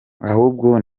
ahubwo